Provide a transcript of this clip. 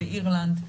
באירלנד.